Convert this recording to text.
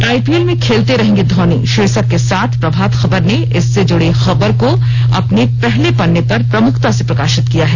IPL में खेलते रहेंगे धौनी शीर्षक के साथ प्रभात खबर ने इससे जुड़ी खबर को अपने पहले पन्ने पर प्रमुखता से प्रकाशित किया है